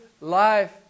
life